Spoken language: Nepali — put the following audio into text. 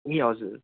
ए हजुर